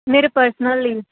ਮੇਰੇ ਪਰਸਨਲ ਲਈ